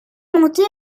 monté